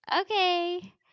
okay